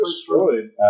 destroyed